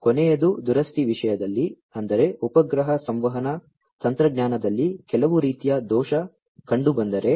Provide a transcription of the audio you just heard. ಕೊನೆಯದು ದುರಸ್ತಿ ವಿಷಯದಲ್ಲಿ ಅಂದರೆ ಉಪಗ್ರಹ ಸಂವಹನ ತಂತ್ರಜ್ಞಾನದಲ್ಲಿ ಕೆಲವು ರೀತಿಯ ದೋಷ ಕಂಡುಬಂದರೆ